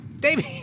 David